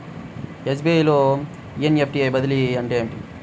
SBI లో NEFT బదిలీ అంటే ఏమిటి?